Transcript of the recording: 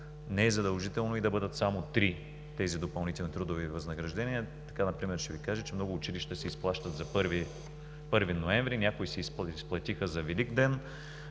не е задължително и да бъдат само три тези допълнителни трудови възнаграждения. Например ще Ви кажа, че много училища си изплащат за 1 ноември, някои си изплатиха за Великден